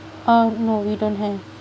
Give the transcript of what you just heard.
uh no we don't have